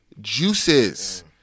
juices